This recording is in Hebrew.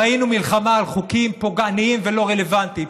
ראינו מלחמה על חוקים פוגעניים ולא רלוונטיים.